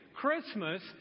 Christmas